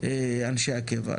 אנשי הקבע.